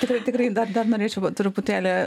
tikrai tikrai dar dar norėčiau truputėlį